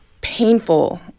painful